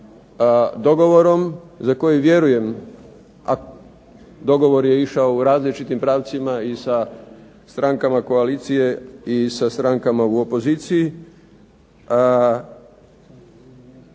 sa dogovorom za koji vjerujem, a dogovor je išao u različitim pravcima i sa strankama koalicije i sa strankama u opoziciji.